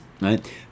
right